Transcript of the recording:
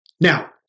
Now